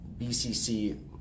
BCC